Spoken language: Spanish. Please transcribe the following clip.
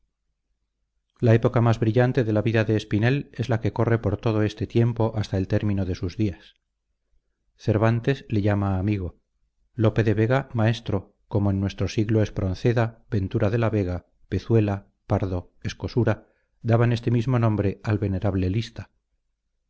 la época más brillante de la vida de espinel es la que corre por todo este tiempo hasta el término de sus días cervantes le llamaba amigo lope de vega maestro como en nuestro siglo espronceda ventura de la vega pezuela pardo escosura daban este mismo nombre al venerable lista